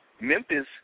Memphis